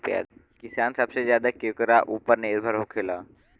किसान सबसे ज्यादा केकरा ऊपर निर्भर होखेला?